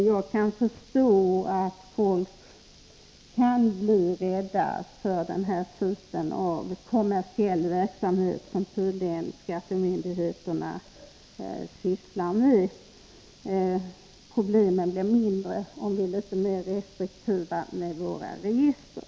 Jag kan förstå att folk blir rädda för denna typ av kommersiell verksamhet, som skattemyndigheterna tydligen sysslar med. Problemen blir mindre om vi är litet mer restriktiva med våra register.